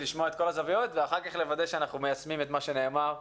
לשמוע את כל הזוויות ואחר כך לוודא שאנחנו מיישמים את מה שנאמר וגורמים,